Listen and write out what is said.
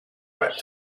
wet